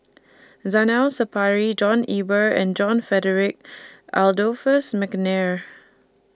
Zainal Sapari John Eber and John Frederick Adolphus Mcnair